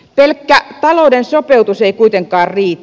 pelkkä talouden sopeutus ei kuitenkaan riitä